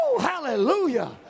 hallelujah